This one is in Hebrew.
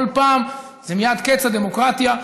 כל פעם זה מייד קץ הדמוקרטיה.